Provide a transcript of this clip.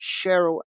Cheryl